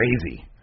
crazy